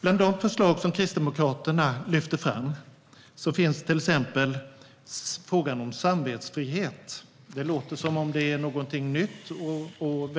Bland de förslag som Kristdemokraterna lyfter fram finns till exempel frågan om samvetsfrihet. Det låter som om det är något nytt och